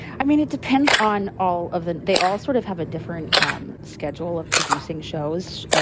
i mean, it depends on all of the they all sort of have a different um schedule of producing shows.